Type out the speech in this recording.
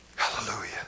hallelujah